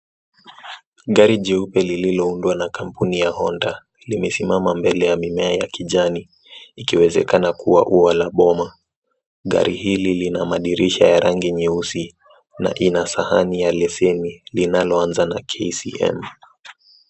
Gari jeupe lililoundwa na kampuni ya Honda limesimama mbele ya mimea ya kijani, ikiwezekana kuwa ua la boma. Gari hili lina madirisha ya rangi nyeusi na ina sahani ya leseni linaloanza na KCM.